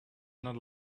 not